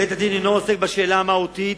בית-הדין אינו עוסק בשאלה המהותית